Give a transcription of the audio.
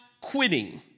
quitting